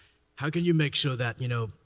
how can you make sure that, you know,